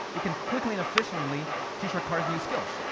we can quickly and efficiently teach our cars new skills.